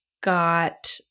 got –